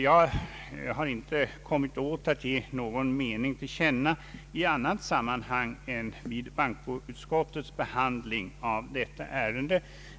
Jag har inte kommit åt att ge min mening till känna i något annat sammanhang än vid bankoutskottets behandling av detta ärende.